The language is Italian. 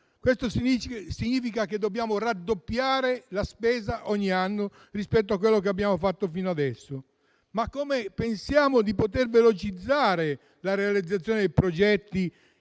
quindi ogni anno dobbiamo raddoppiare la spesa rispetto a quello che abbiamo fatto finora. Come pensiamo di poter velocizzare la realizzazione dei progetti,